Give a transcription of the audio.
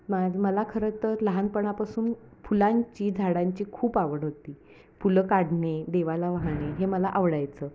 मा मला खरं तर लहानपणापासून फुलांची झाडांची खूप आवड होती फुलं काढणे देवाला वाहणे हे मला आवडायचं